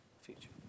future